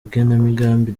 igenamigambi